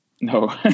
No